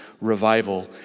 revival